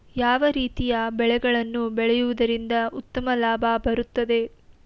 ಯಾವ ರೀತಿಯ ಬೆಳೆಗಳನ್ನು ಬೆಳೆಯುವುದರಿಂದ ಉತ್ತಮ ಲಾಭ ಬರುತ್ತದೆ?